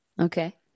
okay